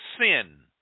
sin